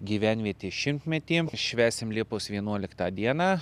gyvenvietės šimtmetį švęsim liepos vienuoliktą dieną